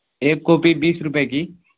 ایک کاپی بیس روپے کی